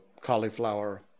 cauliflower